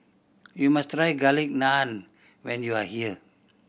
you must try Garlic Naan when you are here